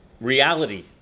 reality